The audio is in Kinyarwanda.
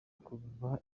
kuba